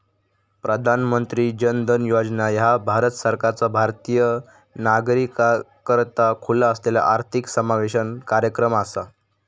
प्रधानमंत्री जन धन योजना ह्या भारत सरकारचा भारतीय नागरिकाकरता खुला असलेला आर्थिक समावेशन कार्यक्रम असा